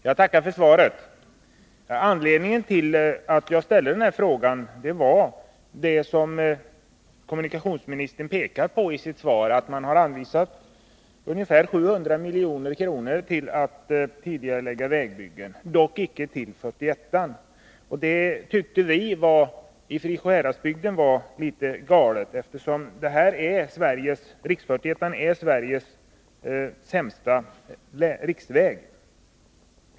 Herr talman! Jag tackar för svaret. Anledningen till att jag ställde den här frågan var det som kommunikationsministern pekar på i sitt svar, nämligen att regeringen har anvisat ungefär 700 milj.kr. till tidigareläggning av vägbyggen — dock inte till riksväg 41. Det tyckte vi i Sjuhäradsbygden var litet galet, eftersom riksväg 41 är Sveriges sämsta riksväg.